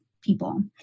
people